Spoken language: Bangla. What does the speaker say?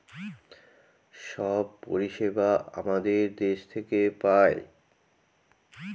সব পরিষেবা আমাদের দেশ থেকে পায়